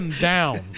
down